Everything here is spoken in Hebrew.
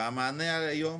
והמענה היום